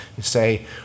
say